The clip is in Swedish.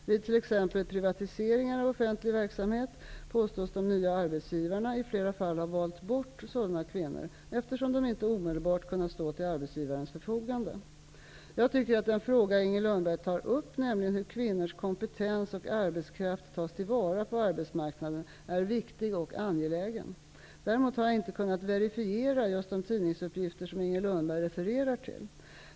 Vid t.ex. privatiseringar av offentlig verksamhet påstås de nya arbetsgivarna i flera fall ha valt bort sådana kvinnor, eftersom de inte omedelbart har kunnat stå till arbetsgivarens förfogande. Jag tycker att den fråga som Inger Lundberg tar upp, nämligen hur kvinnors kompetens och arbetskraft tas till vara på arbetsmarknaden, är viktig och angelägen. Däremot har jag inte kunnat verifiera just de tidningsuppgifter som Inger Lundberg refererar till.